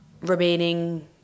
remaining